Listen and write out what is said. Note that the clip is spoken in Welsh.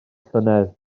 llynedd